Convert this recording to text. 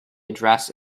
address